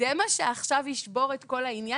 זה מה שעכשיו ישבור את כל העניין,